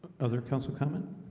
other council coming